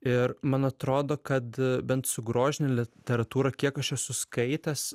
ir man atrodo kad bent su grožine literatūra kiek aš esu skaitęs